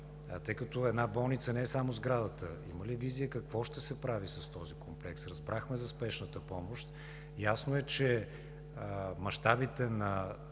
тъй като една болница не е само сградата, има ли визия какво ще се прави с този комплекс? Разбрахме за спешната помощ, ясно е, че мащабите на